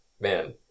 man